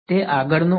વિદ્યાર્થી ઘટકો